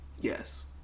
Yes